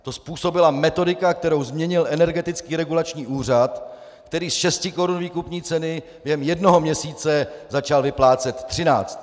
To způsobila metodika, kterou změnil Energetický regulační úřad, který ze šesti korun výkupní ceny během jednoho měsíce začal vyplácet 13.